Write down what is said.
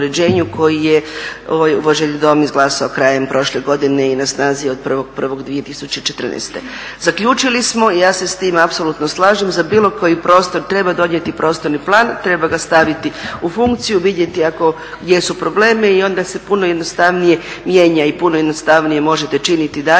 koji je ovaj uvaženi Dom izglasao krajem prošle godine i na snazi je od 1. 1. 2014. Zaključili smo i ja se sa time apsolutno slažem, za bilo koji prostor treba donijeti prostorni plan, treba ga staviti u funkciju, vidjeti gdje su problemi i onda se puno jednostavnije mijenja i puno jednostavnije možete činiti dalje